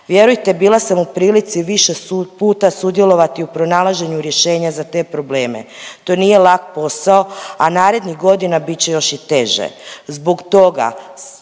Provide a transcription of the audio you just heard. Vjerujte bila sam u prilici više puta sudjelovati u pronalaženju rješenja za te probleme. To nije lak posao, a narednih godina bit će još i teže. Zbog toga